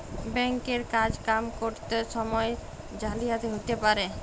bank এর কাজ কাম ক্যরত সময়ে জালিয়াতি হ্যতে পারে